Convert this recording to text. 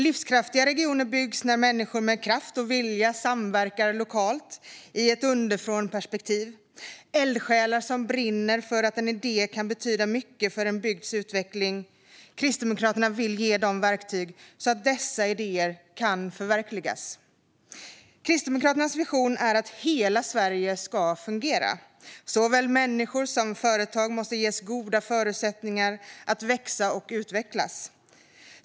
Livskraftiga regioner byggs när människor med kraft och vilja samverkar lokalt i ett underifrånperspektiv. Eldsjälar som brinner för en idé kan betyda mycket för en bygds utveckling. Kristdemokraterna vill ge dem verktyg så att dessa idéer kan förverkligas. Kristdemokraternas vision är att hela Sverige ska fungera. Såväl människor som företag måste ges goda förutsättningar att växa och utvecklas.